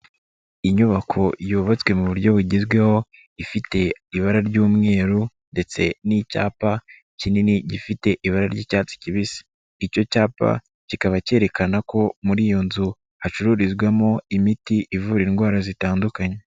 Inyubako yubatswe mu buryo bugezweho, ifite ibara ry'umweru ndetse n'icyapa kinini gifite ibara ry'icyatsi kibisi, icyo cyapa kikaba cyerekana ko muri iyo nzu hacururizwamo imiti ivura indwara zitandukanye.